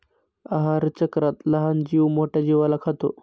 आहारचक्रात लहान जीव मोठ्या जीवाला खातो